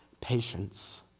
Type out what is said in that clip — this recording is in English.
patience